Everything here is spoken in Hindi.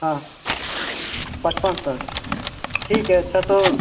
हाँ पचपन सौ ठीक है अच्छा तो